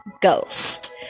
Ghost